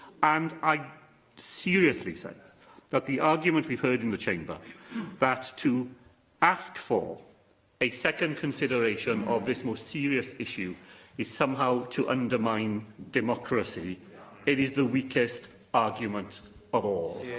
and i seriously say that the argument we've heard in the chamber that to ask for a second consideration of this most serious issue is somehow to undermine democracy it is the weakest argument of all.